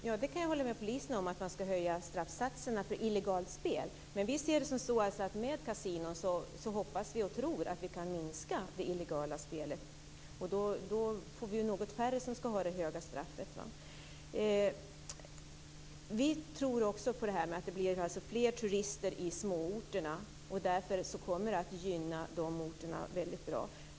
Fru talman! Jag kan hålla med polisen om att man skall höja straffsatserna för illegalt spel. Men vi hoppas och tror att vi med kasinon kan minska det illegala spelet. Då får vi ju något färre som skall ha det höga straffet. Vi tror också på det här att det blir fler turister i småorterna och att detta därför kommer att gynna de orterna på ett väldigt bra sätt.